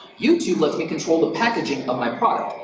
youtube lets me control the packaging of my product.